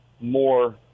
more